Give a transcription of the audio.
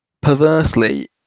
perversely